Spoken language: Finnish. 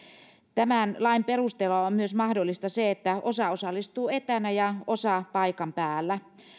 tämän lain perusteella on myös mahdollista se että osa osallistuu etänä ja osa paikan päällä